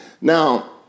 Now